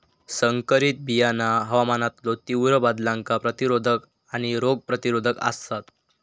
संकरित बियाणा हवामानातलो तीव्र बदलांका प्रतिरोधक आणि रोग प्रतिरोधक आसात